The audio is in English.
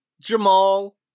Jamal